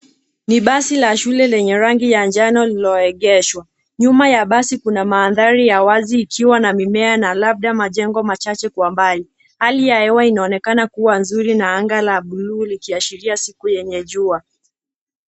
Ni basi la shule lenye rangi ya njano lililoegeshwa. Nyuma ya basi kuna mandhari ya wazi ikiwa na mimea na labda majengo machache kwa mbali. Hali ya hewa inaonekana kuwa nzuri na anga la bluu likiashiria siku yenye jua.